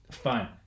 Fine